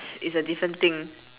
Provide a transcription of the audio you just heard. is a different thing